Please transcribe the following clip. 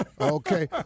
Okay